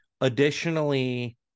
additionally